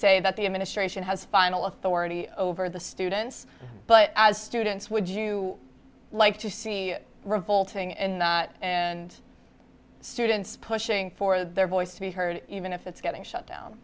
say that the administration has final authority over the students but as students would you like to see revolting and and students pushing for their voice to be heard even if it's getting shut